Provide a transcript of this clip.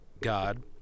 God